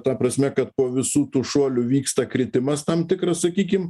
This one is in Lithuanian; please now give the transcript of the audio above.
ta prasme kad po visų tų šuolių vyksta kritimas tam tikras sakykim